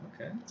Okay